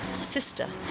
sister